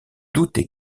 douter